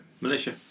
Militia